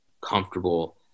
comfortable